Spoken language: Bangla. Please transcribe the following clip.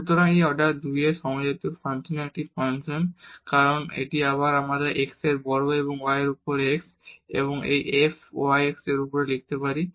সুতরাং এটি অর্ডার 2 এর সমজাতীয় ফাংশনের একটি ফাংশন কারণ এটি আবার আমরা x বর্গ এবং y এর উপর x এবং এই f y x এর উপরে লিখতে পারি